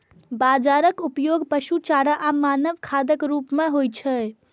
बाजराक उपयोग पशु चारा आ मानव खाद्यक रूप मे होइ छै